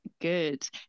good